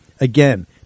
Again